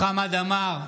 חמד עמאר,